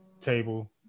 table